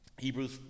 hebrews